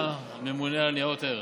שמוליק היה הממונה על ניירות ערך.